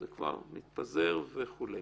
זה מתפזר וכו'.